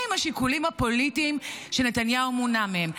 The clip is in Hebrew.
מהם השיקולים הפוליטיים שנתניהו מונע מהם?